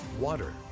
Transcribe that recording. water